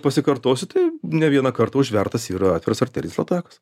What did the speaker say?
pasikartosiu tai ne vieną kartą užvertas yra atviras arterinis latakas